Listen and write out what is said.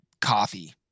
coffee